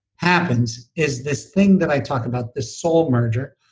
happens is this thing that i talk about, this soul merger,